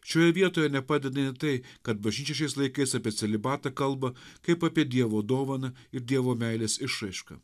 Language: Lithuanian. šioje vietoje nepadeda net tai kad bažnyčia šiais laikais apie celibatą kalba kaip apie dievo dovaną ir dievo meilės išraišką